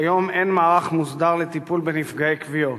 כיום אין מערך מוסדר לטיפול בנפגעי כוויות.